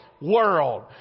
world